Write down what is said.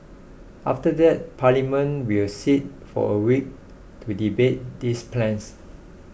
after that Parliament will sit for a week to debate these plans